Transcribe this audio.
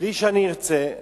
בלי שאני ארצה,